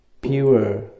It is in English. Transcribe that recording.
pure